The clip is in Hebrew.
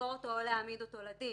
לחקור אותו או להעמיד אותו לדין".